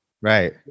right